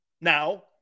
Now